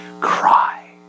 cry